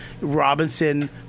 Robinson